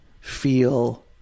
feel